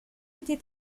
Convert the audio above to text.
été